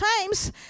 times